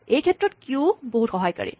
এইক্ষেত্ৰত কিউ বহুত সহায়কাৰী